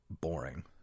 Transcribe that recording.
boring